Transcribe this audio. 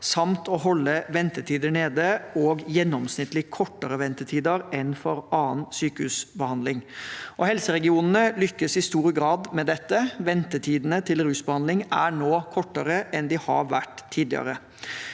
samt å holde ventetider nede og ha gjennomsnittlig kortere ventetider enn for annen sykehusbehandling. Helseregionene lykkes i stor grad med dette. Ventetidene til rusbehandling er nå kortere enn de har vært tidligere.